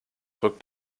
rückt